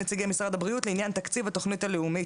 לעניין תקציב לתוכנית הלאומית.